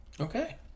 Okay